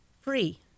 free